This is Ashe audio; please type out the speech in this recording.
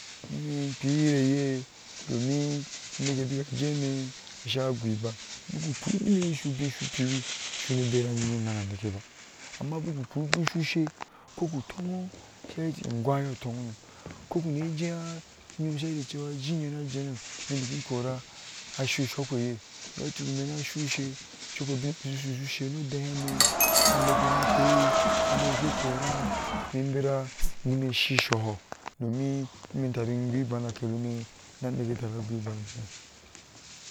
Ni mi kpii yire ye domin uneke bika jɛɛ ime sha goh iban huku kpii ubin eye ashu ubiŋ shu biwi, shunu bera nu nyii ni enaŋ shu shɛɛ, koku tɔno, sha heti iŋwe yo atoŋ no, koku ne jɛɛa, unyom sha heti cewa ujii inyona a teeno, ime dikin kora ashoi shokpe eye, iyo ituk ime na shui ushe, cok obiŋ eyesha sho shu shɛɛ ni odehane aneka na kpei aneke ke kora ine ina bera nime inshi shohɔ domin nime tarin joh iban akeleme na neke atara a joh ibaŋeme.